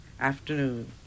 Afternoon